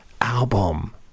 album